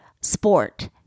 sport